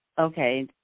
Okay